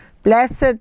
Blessed